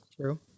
True